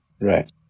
Right